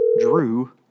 Drew